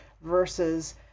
versus